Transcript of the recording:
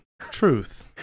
Truth